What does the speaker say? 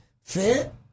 fit